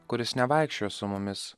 kuris nevaikščioja su mumis